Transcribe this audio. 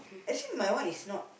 actually my one is not